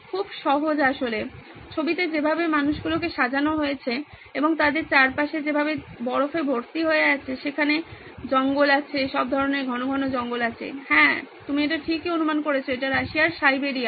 খুব সহজ আসলে ছবিতে মানুষকে যেভাবে সাজানো হয়েছে এবং তাদের চারপাশে যেভাবে তুষারে ভর্তি হয়ে আছে সেখানে জঙ্গল আছে সব ধরনের ঘন ঘন জঙ্গল আছে হ্যাঁ আপনি এটা ঠিকই অনুমান করেছেন এটা রাশিয়ার সাইবেরিয়া